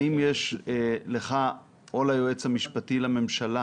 האם לך או ליועץ המשפטי לממשלה